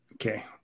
Okay